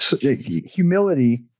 humility